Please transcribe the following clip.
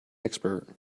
expert